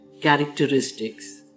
characteristics